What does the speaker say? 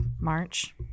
March